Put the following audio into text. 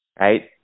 Right